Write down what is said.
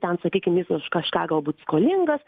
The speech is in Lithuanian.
ten sakykim jis už kažką galbūt skolingas